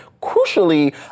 crucially